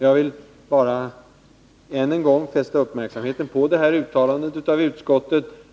Jag vill alltså fästa uppmärksamheten på detta uttalande av utskottet.